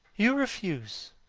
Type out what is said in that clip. you refuse?